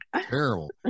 terrible